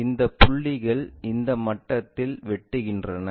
இந்த புள்ளிகள் இந்த மட்டத்தில் வெட்டுகின்றன